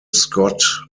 scott